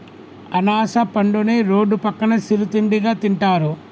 అనాస పండుని రోడ్డు పక్కన సిరు తిండిగా తింటారు